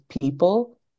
people